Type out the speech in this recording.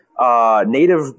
Native